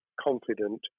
confident